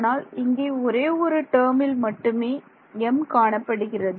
ஆனால் இங்கே ஒரே ஒரு டேர்மில் மட்டுமே m காணப்படுகிறது